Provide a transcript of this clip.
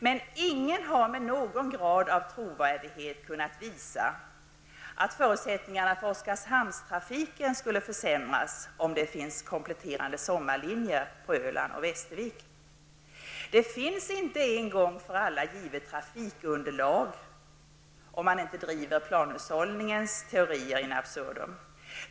Men ingen har med någon grad av trovärdighet kunnat visa att förutsättningarna för Västervik. Det finns inte ett en gång för alla givet trafikunderlag, om man inte driver planhushållningens teorier in absurdum.